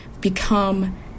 become